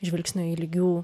žvilgsnio į lygių